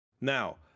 now